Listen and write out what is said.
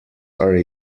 are